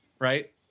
right